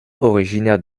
originaire